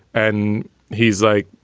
and he's like,